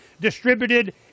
distributed